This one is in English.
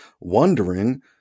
wondering